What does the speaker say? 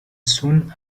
soon